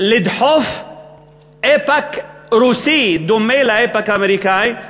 לדחוף איפא"ק רוסי, דומה לאיפא"ק האמריקני,